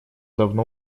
давно